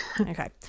Okay